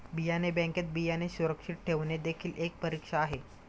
बियाणे बँकेत बियाणे सुरक्षित ठेवणे देखील एक परीक्षा आहे